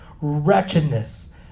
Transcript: wretchedness